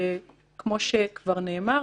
כמו שכבר נאמר,